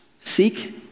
seek